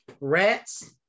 Rats